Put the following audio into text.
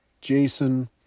Jason